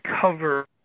cover